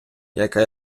яка